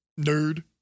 Nerd